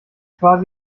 quasi